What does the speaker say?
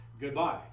goodbye